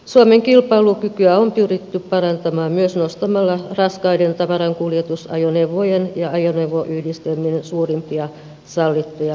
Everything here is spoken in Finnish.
suomen kilpailukykyä on pyritty parantamaan myös nostamalla raskaiden tavarankuljetusajoneuvojen ja ajoneuvoyhdistelmien suurimpia sallittuja mittoja ja massoja